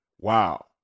wow